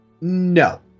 No